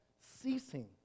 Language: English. ceasing